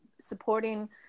supporting